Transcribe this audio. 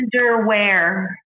Underwear